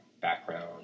background